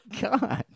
God